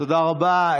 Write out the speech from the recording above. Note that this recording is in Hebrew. תודה רבה.